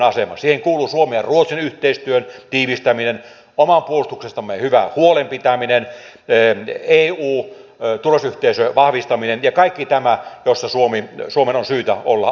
siihen kuuluu suomen ja ruotsin yhteistyön tiivistäminen omasta puolustuksestamme hyvän huolen pitäminen eu turvallisuusyhteistyön vahvistaminen ja kaikki tämä jossa suomen on syytä olla aktiivinen